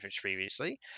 previously